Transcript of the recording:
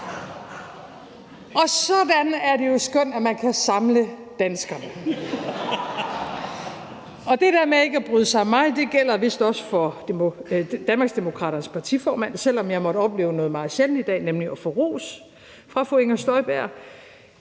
Og sådan er det jo skønt, at man kan samle danskerne. Og det der med ikke at bryde sig om mig, gælder vist også for Danmarksdemokraternes partiformand, selv om jeg måtte opleve noget meget sjældent i dag, nemlig at få ros fra fru Inger Støjberg.